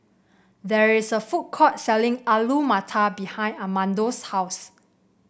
there is a food court selling Alu Matar behind Amado's house